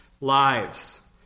lives